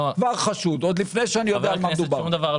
זה כבר חשוד, עוד לפני שאני יודע על מה מדובר.